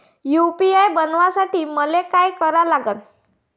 UPI बनवासाठी मले काय करा लागन?